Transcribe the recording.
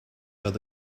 out